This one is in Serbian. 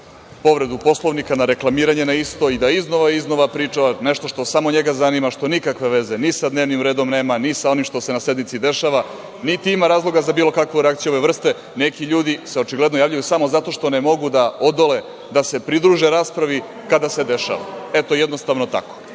povredu Poslovnika, na reklamiranje na isto i da iznova i iznova priča nešto što samo njega zanima, što nikakve veze ni sa dnevnim redom nema, ni sa onim što se na sednici dešava, niti ima razloga za bilo kakvu reakciju ove vrste. Neki ljudi se očigledno javljaju samo zato što ne mogu da odole da se pridruže raspravi kada se dešava. Eto, jednostavno tako.